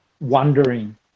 wondering